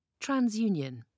TransUnion